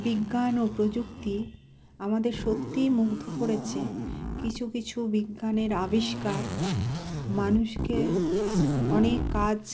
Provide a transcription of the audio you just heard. বিজ্ঞান ও প্রযুক্তি আমাদের সত্যিই মুগ্ধ করেছে কিছু কিছু বিজ্ঞানের আবিষ্কার মানুষকে অনেক কাজ